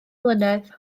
mlynedd